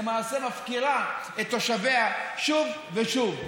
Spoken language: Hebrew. ולמעשה מפקירה את תושביה שוב ושוב.